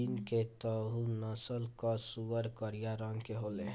चीन के तैहु नस्ल कअ सूअर करिया रंग के होले